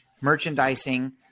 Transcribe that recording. merchandising